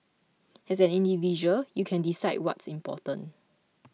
as an individual you can decide what's important